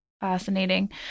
Fascinating